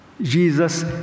Jesus